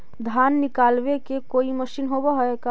धान निकालबे के कोई मशीन होब है का?